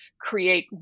create